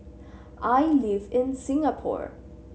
I live in Singapore